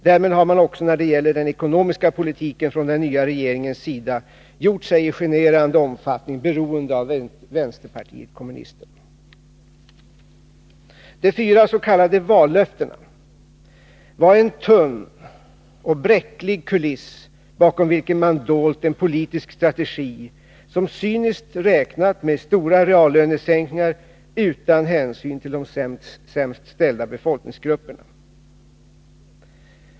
Därmed har man också när det gäller den ekonomiska politiken från den nya regeringens sida gjort sig i generande omfattning beroende av vänsterpartiet kommunisterna. De fyra s.k. vallöftena var en tunn och bräcklig kuliss, bakom vilken man dolt en politisk strategi, som cyniskt räknat med stora reallönesänkningar utan hänsyn till de sämst ställda befolkningsgrupperna.